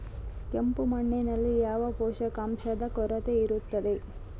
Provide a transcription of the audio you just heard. ಕೆಂಪು ಮಣ್ಣಿನಲ್ಲಿ ಯಾವ ಪೋಷಕಾಂಶದ ಕೊರತೆ ಇರುತ್ತದೆ?